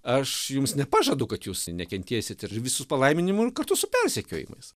aš jums nepažadu kad jūs nekentėsit ir visus palaiminimu ir kartu su persekiojimais